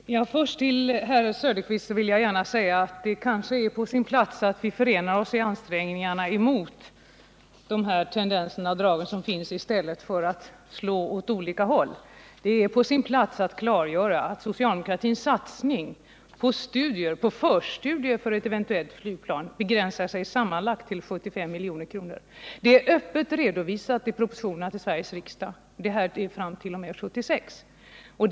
Herr talman! Först vill jag gärna säga till herr Söderqvist att det kanske är på sin plats att vi förenar oss i ansträngningarna mot dessa tendenser i stället för att slå åt olika håll. Det är också på sin plats att klargöra att socialdemokratins satsning på förstudier för ett eventuellt Nygplan begränsar sig till sammanlagt 2 Nr 46 75 milj.kr. Det är öppet redovisat i propositionerna till Sveriges riksdag fram t.o.m. 1976.